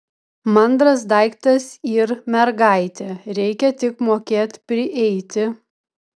mandras daiktas yr mergaitė reikia tik mokėt prieiti